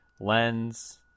lens